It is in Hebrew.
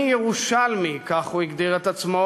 "אני ירושלמי", כך הוא הגדיר את עצמו,